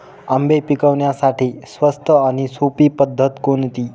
आंबे पिकवण्यासाठी स्वस्त आणि सोपी पद्धत कोणती?